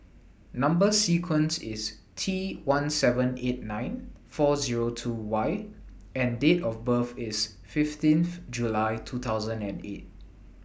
Number sequence IS T one seven eight nine four Zero two Y and Date of birth IS fifteen July two thousand and eight